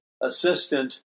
Assistant